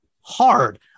hard